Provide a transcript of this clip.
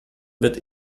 wird